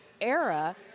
era